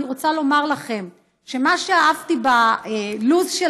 אני רוצה לומר לכם שמה שאהבתי בלו"ז של